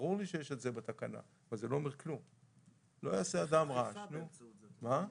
כמה תקציב אתה מקבל?